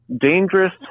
dangerous